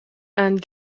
and